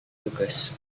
tugas